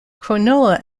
cronulla